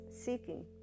seeking